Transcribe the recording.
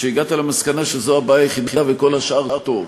שהגעת למסקנה שזו הבעיה היחידה, וכל השאר טוב.